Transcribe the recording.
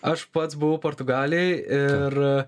aš pats buvau portugalijoj ir